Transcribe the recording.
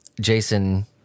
Jason